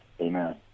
Amen